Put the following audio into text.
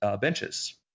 benches